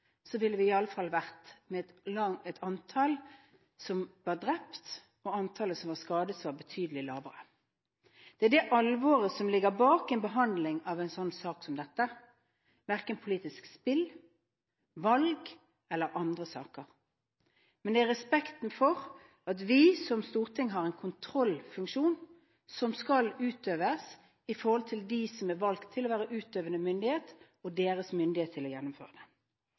ville iallfall antallet drepte og skadete vært betydelig lavere. Det er alvoret som ligger bak behandlingen av en sak som dette, det er verken politisk spill, valg eller andre saker, men det er respekten for at vi som storting har en kontrollfunksjon som skal utøves overfor dem som er valgt til å være utøvende myndighet og deres myndighet til å gjennomføre det. Det er det vi har gjort i den